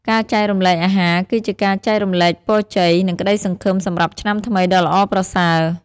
ការចែករំលែកអាហារគឺជាការចែករំលែកពរជ័យ និងក្ដីសង្ឃឹមសម្រាប់ឆ្នាំថ្មីដ៏ល្អប្រសើរ។